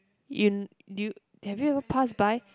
in do you have you ever passed by